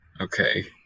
Okay